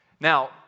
Now